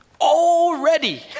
already